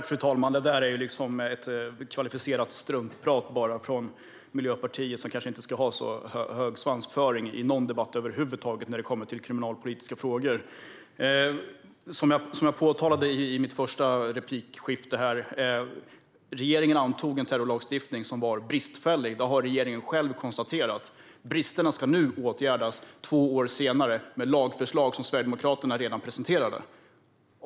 Fru talman! Det där är bara kvalificerat struntprat från Miljöpartiet, som kanske inte ska ha så hög svansföring i någon debatt över huvud taget när det gäller kriminalpolitiska frågor. Som jag påtalade i mitt första replikskifte: Regeringen antog en terrorlagstiftning som var bristfällig. Det har regeringen själv konstaterat. Bristerna ska nu åtgärdas, två år senare, med lagförslag som Sverigedemokraterna redan presenterat.